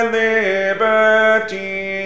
liberty